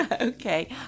okay